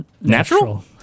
Natural